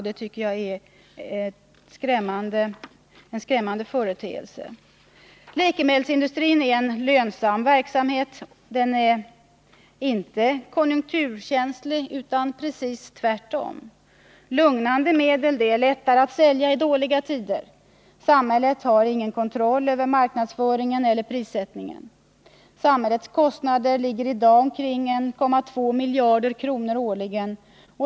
Det är en skrämmande företeelse. Läkemedelsindustrin är en lönsam verksamhet. Den är inte konjunkturkänslig utan tvärtom. Lugnande medel är lättare att sälja i dåliga tider. Samhället har ingen kontroll över marknadsföringen eller prissättningen. Samhällets kostnader ligger i dag på omkring 1,2 miljarder kronor årligen.